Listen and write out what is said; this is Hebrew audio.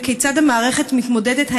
כיצד המערכת מתמודדת?